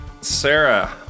Sarah